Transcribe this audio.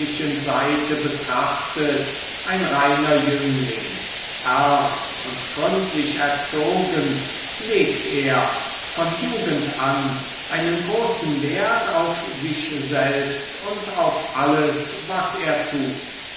seite betrachtet ein reiner jüngling ernst und gründlich erzogen legt er von jugend an einen großen wert auf sich selbst und auf alles was er tut